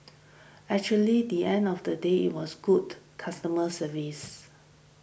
actually the end of the day it was good customer service